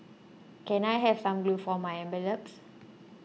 can I have some glue for my envelopes